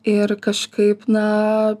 ir kažkaip na